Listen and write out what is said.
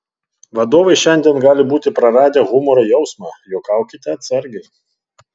vadovai šiandien gali būti praradę humoro jausmą juokaukite atsargiai